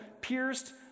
pierced